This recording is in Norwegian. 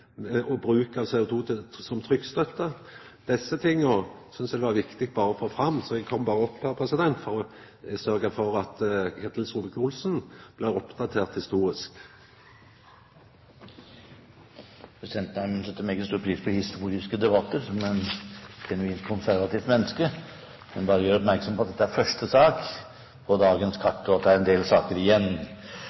og bruk av CO2 som trykkstøtte. Desse tinga synest eg det er viktig å få fram, så eg kom berre opp her for å sørgja for at Ketil Solvik-Olsen blei oppdatert historisk. Presidenten setter meget stor pris på historiske debatter, som et genuint konservativt menneske, men vil bare gjøre oppmerksom på at dette er første sak på dagens kart, og at det er en del saker igjen.